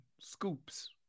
scoops